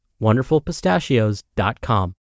wonderfulpistachios.com